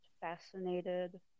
fascinated